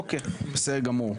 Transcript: אוקיי, בסדר גמור.